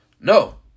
No